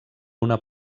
una